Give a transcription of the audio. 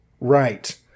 Right